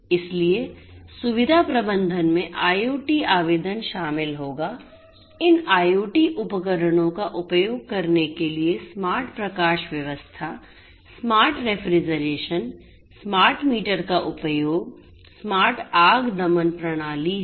इसलिए सुविधा प्रबंधन में IoT आवेदन शामिल होगा इन IoT उपकरणों का उपयोग करने के लिए स्मार्ट प्रकाश व्यवस्था स्मार्ट रेफ्रिजरेशन स्मार्ट मीटर का उपयोग स्मार्ट आग दमन प्रणाली है